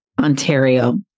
Ontario